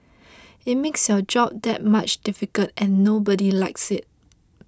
it makes your job that much difficult and nobody likes it